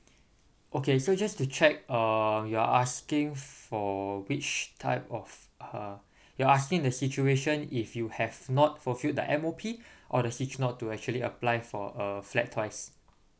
okay so just to check uh you are asking for which type of uh you're asking the situation if you have not fulfilled the M_O_P or the situa~ not to actually apply for a flat twice